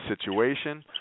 situation